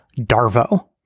Darvo